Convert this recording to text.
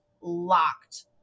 locked